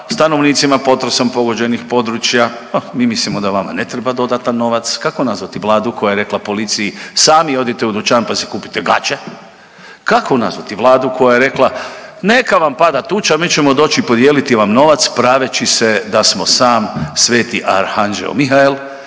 stanovnicima potresom pogođenih područja ha mi mislimo da vama ne treba dodatan novac, kako nazvati Vladu koja je rekla policiji sami odite u dućan pa si kupite gaće, kako nazvati Vladu koja je rekla neka vam pada tuča mi ćemo doći podijeliti vam novac praveći se da smo sam sv. arhanđeo Mihael,